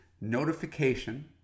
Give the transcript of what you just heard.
notification